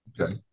Okay